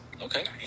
Okay